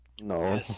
No